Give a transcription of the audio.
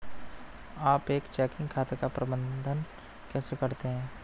आप एक चेकिंग खाते का प्रबंधन कैसे करते हैं?